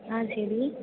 ஆ சரி